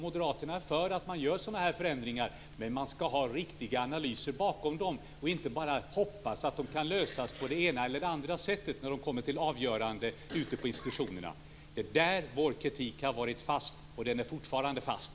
Moderaterna är för sådana här förändringar, men man skall ha riktiga analyser bakom dem och inte bara hoppas att de kan lösas på det ena eller andra sättet när de kommer till avgörande ute på institutionerna. Det är där vår kritik har varit fast, och den är fortfarande fast.